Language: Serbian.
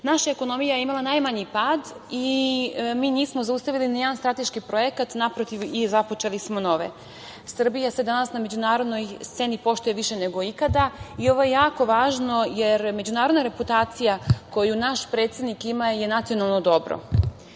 ekonomija je imala najmanji pad. Mi nismo zaustavili ni jedan strateški projekat. Naprotiv započeli smo i nove. Srbija se danas na međunarodnoj sceni poštuje više nego ikada. Ovo je jako važno jer međunarodna reputacija koju naš predsednik ima je nacionalno dobro.